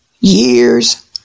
years